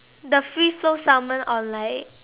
the free flow Salmon or like